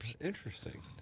Interesting